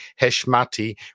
Heshmati